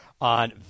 on